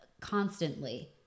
constantly